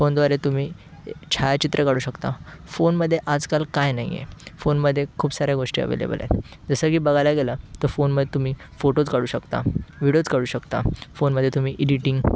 फोनद्वारे तुम्ही छायाचित्र काढू शकता फोनमध्ये आजकाल काय नाही आहे फोनमध्ये खूप साऱ्या गोष्टी अवेलेबल आहे जसं की बघायला गेलं तर फोनमध्ये तुम्ही फोटोज काढू शकता विडीओज काढू शकता फोनमध्ये तुम्ही इडिटिंग